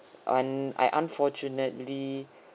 and I unfortunately